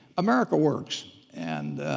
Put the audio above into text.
america works, and